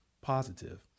positive